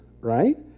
Right